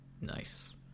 Nice